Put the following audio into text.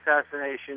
assassination